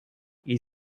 you